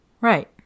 Right